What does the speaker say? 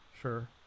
sure